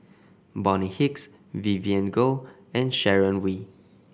Bonny Hicks Vivien Goh and Sharon Wee